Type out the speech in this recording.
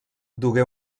dugué